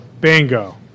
Bingo